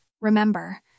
Remember